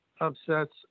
upsets